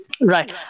Right